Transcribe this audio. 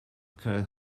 care